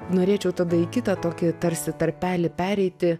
norėčiau tada į kitą tokį tarsi tarpelį pereiti